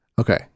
Okay